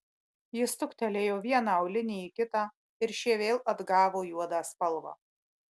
jis stuktelėjo vieną aulinį į kitą ir šie vėl atgavo juodą spalvą